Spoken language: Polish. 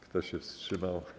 Kto się wstrzymał?